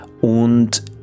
Und